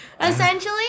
essentially